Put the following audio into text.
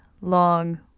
long